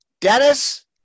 Dennis